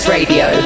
Radio